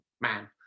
man